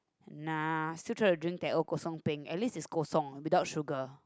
nah still try drink teh O kosong peng at least is kosong without sugar